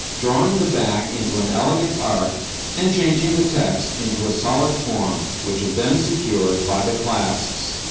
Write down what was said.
drawing the back into an elegant arc and changing the text into a solid form, which is then secured by the clasps.